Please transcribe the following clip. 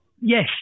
Yes